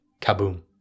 kaboom